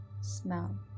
smell